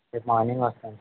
రేపు మార్నింగ్ వస్తాను సార్